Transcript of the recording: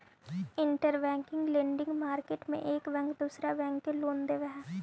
interbank lending market में एक bank दूसरा बैंक के लोन देवऽ हई